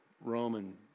Roman